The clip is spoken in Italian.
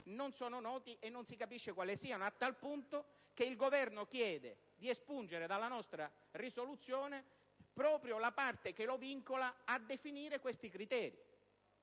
peraltro noti e non si capisce quali siano, a tal punto che il Governo chiede di espungere dalla nostra proposta risoluzione proprio la parte che lo vincola a definire questi criteri.